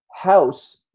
house